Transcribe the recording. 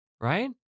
Right